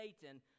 Satan